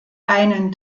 einen